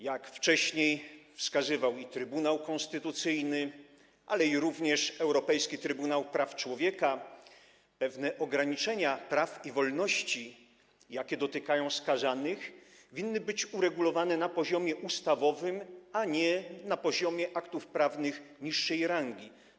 Jak wcześniej wskazywały Trybunał Konstytucyjny oraz Europejski Trybunał Praw Człowieka, pewne ograniczenia praw i wolności, jakie dotykają skazanych, powinny być uregulowane na poziomie ustawowym, a nie na poziomie aktów prawnych niższej rangi.